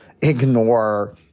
ignore